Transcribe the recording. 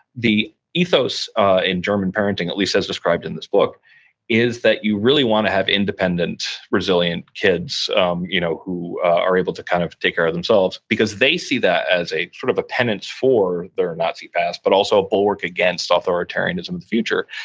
the ethos in german parenting at least as described in this book is that you really want to have independent, resilient kids um you know who are able to kind of take care of themselves, because they see that as a sort of a penance for their nazi past, but also a bulwark against authoritarianism in the future.